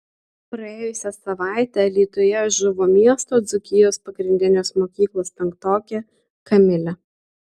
praėjusią savaitę alytuje žuvo miesto dzūkijos pagrindinės mokyklos penktokė kamilė